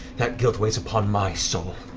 that guilt weighs upon my soul.